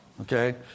Okay